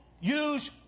use